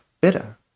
better